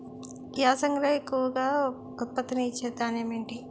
యాసంగిలో ఎక్కువ ఉత్పత్తిని ఇచే ధాన్యం ఏంటి?